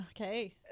Okay